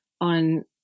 on